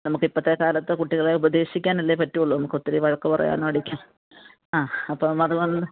നമുക്ക് ഇപ്പത്തെ കാലത്ത് കുട്ടികളെ ഉപദേശിക്കാനല്ലേ പറ്റൂളൂ നമുക്ക് ഒത്തിരി വഴക്ക് പറയാനോ അടിക്കാനോ ആ അപ്പം അത് ഒന്ന്